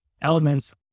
elements